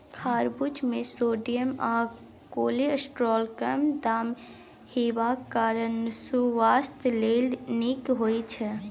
खरबुज मे सोडियम आ कोलेस्ट्रॉल कम हेबाक कारणेँ सुआस्थ लेल नीक होइ छै